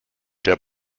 der